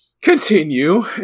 continue